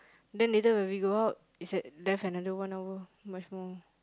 then later when we go out is at left another one hour much more